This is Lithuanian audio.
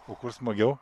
o kur smagiau